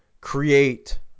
create